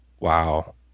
wow